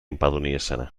impadronirsene